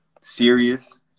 serious